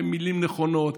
במילים נכונות,